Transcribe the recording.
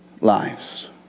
lives